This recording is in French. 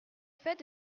fais